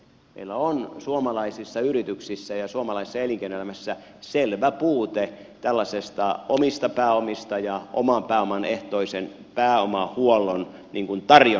meillä on suomalaisissa yrityksissä ja suomalaisessa elinkeinoelämässä selvä puute tällaisista omista pääomista ja oman pääoman ehtoisen pääomahuollon tarjonnasta